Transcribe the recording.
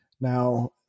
Now